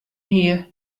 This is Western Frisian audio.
hie